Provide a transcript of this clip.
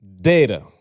Data